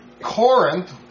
Corinth